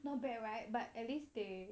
not bad right but at least they